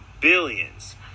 Billions